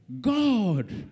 God